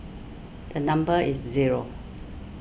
the number is zero